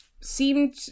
seemed